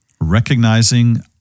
recognizing